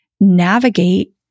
navigate